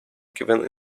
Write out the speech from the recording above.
given